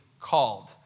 called